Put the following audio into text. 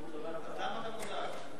אז למה אתה מודאג?